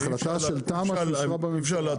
ההחלטה של תמ"א אושרה בממשלה.